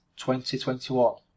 2021